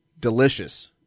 delicious